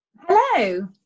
hello